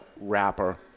wrapper